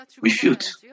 refute